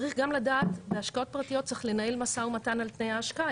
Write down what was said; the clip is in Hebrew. צריך גם לדעת בהשקעות פרטיות צריך לנהל משא ומתן על תנאי ההשקעה.